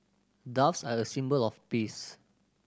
doves are a symbol of peace